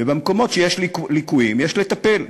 במקומות שיש ליקויים יש לטפל,